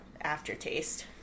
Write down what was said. aftertaste